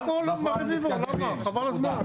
חבל על הזמן.